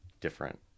different